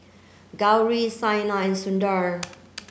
Gauri Saina and Sundar